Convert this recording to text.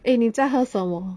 eh 你在喝什么